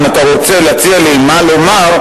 אם אתה רוצה להציע לי מה לומר,